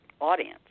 audience